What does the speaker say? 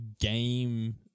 game